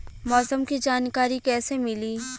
मौसम के जानकारी कैसे मिली?